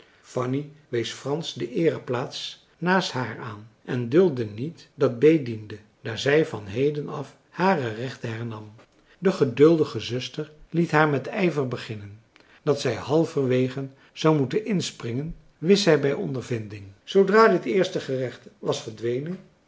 fanny wees frans de eereplaats naast haar aan en duldde niet dat bee diende daar zij van heden af hare rechten hernam de geduldige zuster liet haar met ijver beginnen dat zij halverwege zou moeten inspringen wist zij bij ondervinding zoodra dit eerste gerecht was verdwenen